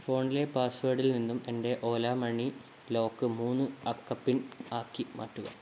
ഫോണിലെ പാസ്വേഡിൽ നിന്നും എൻ്റെ ഓല മണി ലോക്ക് മൂന്ന് അക്ക പിൻ ആക്കി മാറ്റുക